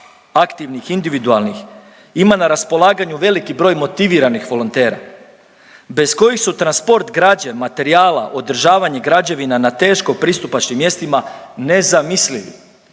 aktivnih, individualnih ima na raspolaganju veliki broj motiviranih volontera bez kojih su transport građe, materijala, održavanje građevina na teško pristupačnim mjestima nezamislivi